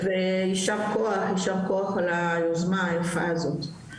ויישר כוח על היוזמה היפה הזאת.